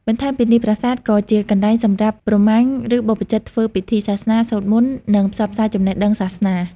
បន្ថែមពីនេះ ប្រាសាទក៏ជាកន្លែងសម្រាប់ព្រាហ្មណ៍ ឬបព្វជិតធ្វើពិធីសាសនា សូត្រមន្ត និងផ្សព្វផ្សាយចំណេះដឹងសាសនា។